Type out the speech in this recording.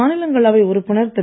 மாநிலங்களவை உறுப்பினர் திரு